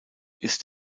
ist